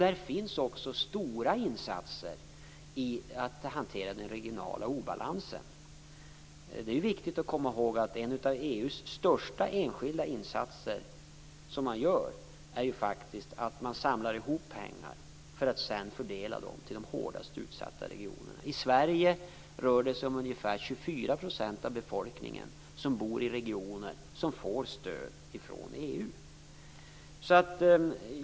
Där finns också stora insatser i att hantera den regionala obalansen. Det är viktigt att komma ihåg att en av de största enskilda insatser som EU gör är att samla ihop pengar för att sedan fördela dem till de hårdast utsatta regionerna. I Sverige rör det sig om ungefär 24 % av befolkningen som bor i regioner som får stöd från EU.